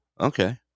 Okay